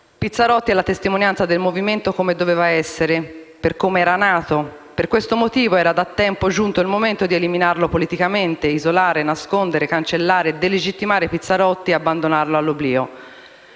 Pizzarotti è la testimonianza del Movimento come doveva essere, per come era nato. Per questo motivo era da tempo giunto il momento di eliminare politicamente, isolare, nascondere, cancellare, delegittimare Pizzarotti e abbandonarlo all'oblio.